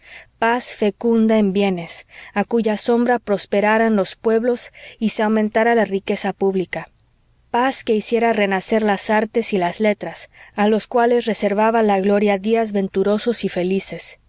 paz fecunda en bienes a cuya sombra prosperaran los pueblos y se aumentara la riqueza pública paz que hiciera renacer las artes y las letras a los cuales reservaba la gloria días venturosos y felices